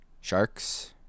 sharks